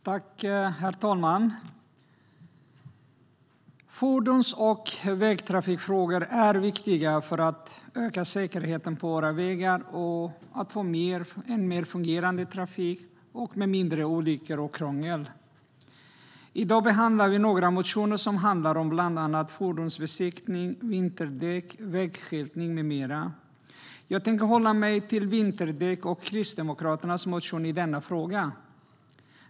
Herr talman! Fordons och vägtrafikfrågor är viktiga för att öka säkerheten på våra vägar och för att få en mer fungerande trafik med mindre olyckor och krångel. I dag behandlar vi några motioner som handlar om bland annat fordonsbesiktning, vinterdäck, vägskyltning med mera. Jag tänker hålla mig till frågan om vinterdäck och Kristdemokraternas motion i denna fråga.